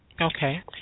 Okay